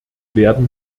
werden